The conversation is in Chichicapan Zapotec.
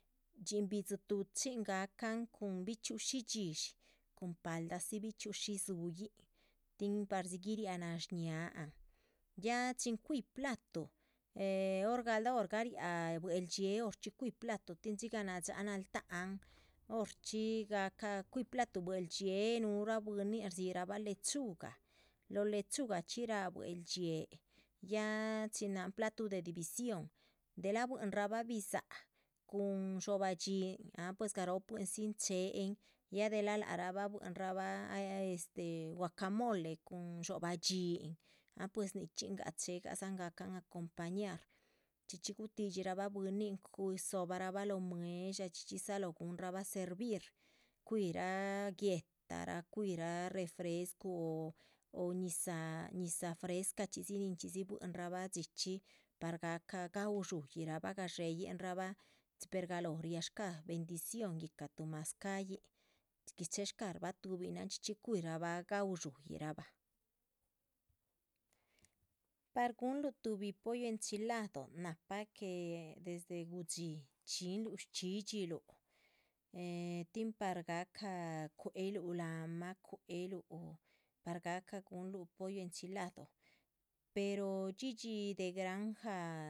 Dxin bidzi tuchin gahcan cun bichxi´ushi dxídshi, cun paldazi bichxi´ushi dzuhuyin, tin pardzi guiriah nashñáhan, ya chin cuhi platuh hor galdah hor. gariáha buehldxiée horchxí cuihi platuh tin dixgah nadxáha naltáhan, horchxí gahca cuih platuh buehldxiée, núhurah bwínin rdzírabah lechuga lóho lechugachxi ráha buehldxiée. ya chin náhan platuh de división, delha buihinra bah bidzaha cun dxobah dhxín, ah pues garopuindzin chéhen, ya delah lac rah bah buihinrah bah ahh ehh este. guacamole cun dxobah dhxín, ah pues nichxín dza chéhe gadzan gahcan acompañar, chxí chxí gutidxirabah bwínin cu, dzóhobarabah, lóh mue´dsha horchxí dzalóh. guhunrabah servir, cuihira guéhta raa, cuihira refrescu o ñizah ñizah fresca, ninchxí dzi nichxídzi buihinrabah, dxichxi par gahca gau dxúyih rabah, gadxéyin rabah. per galóho riash cáha bendición yíhca tuh mazcáhyin, chehésh shcarbah tuhbinan chxí chxí cuirabah gapu dxpuyi ra bah, par gunluh tuhib pollo enchilado nahpa que. desde gudxí chxinluh shchxídhxiluh, eh tin par gahca cueluh láhan mah cueluh pár gahca guhunluh pollo enchilado, pero dhxídhxi de granja.